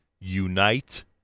unite